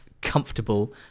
comfortable